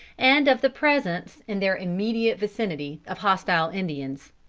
and of the presence, in their immediate vicinity, of hostile indians.